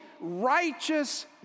righteous